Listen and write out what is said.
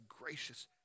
gracious